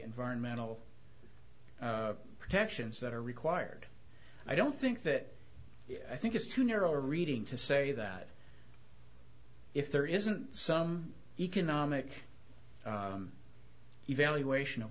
environmental protections that are required i don't think that i think it's too narrow reading to say that if there isn't some economic evaluation of